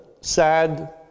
sad